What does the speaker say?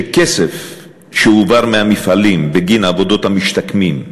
שכסף שהועבר מהמפעלים בגין עבודות המשתקמים,